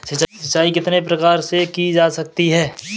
सिंचाई कितने प्रकार से की जा सकती है?